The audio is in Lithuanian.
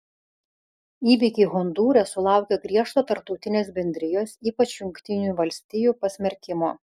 įvykiai hondūre sulaukė griežto tarptautinės bendrijos ypač jungtinių valstijų pasmerkimo